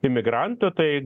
imigrantų tai